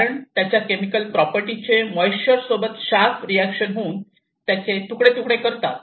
कारण त्यांच्या केमिकल प्रॉपर्टीचे मोईश्चर सोबत शार्प रिएक्शन होऊन त्यांचे तुकडे तुकडे करतात